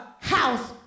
house